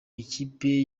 ikipe